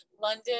London